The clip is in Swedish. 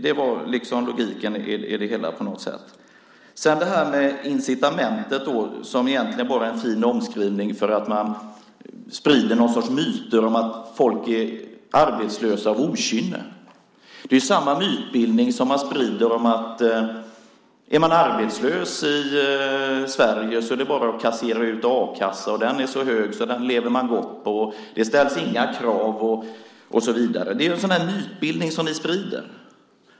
Det var logiken i det hela på något sätt. Incitamentet är egentligen bara en fin omskrivning för att man sprider någon sorts myter om att människor är arbetslösa av okynne. Det är samma mytbildning som man sprider om att om man är arbetslös i Sverige är det bara att kassera in a-kassa. Den är så hög att den lever man gott på, och det ställs inga krav. Det är en sådan mytbildning som ni sprider.